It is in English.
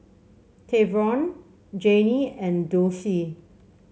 Treyvon Janie and Dulcie